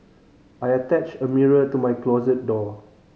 I attached a mirror to my closet door